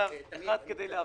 זו רק הצעה לסדר.